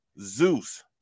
Zeus